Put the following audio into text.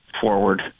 forward